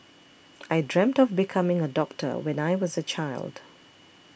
I dreamt of becoming a doctor when I was a child